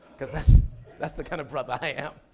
cause that's, that's the kind of brother i am.